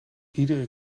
iedere